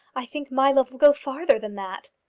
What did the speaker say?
i think my love will go further than that.